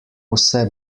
vse